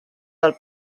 del